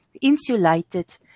insulated